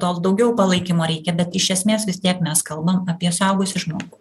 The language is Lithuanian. to daugiau palaikymo reikia bet iš esmės vis tiek mes kalbam apie suaugusį žmogų